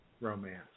romance